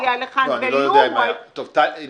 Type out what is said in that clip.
וזה הוגש על ידי חברת הכנסת לאה פדידה וגם